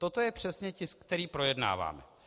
Toto je přesně tisk, který projednáváme.